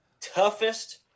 toughest